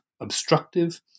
obstructive